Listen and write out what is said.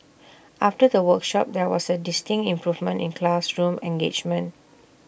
after the workshops there was A distinct improvement in classroom engagement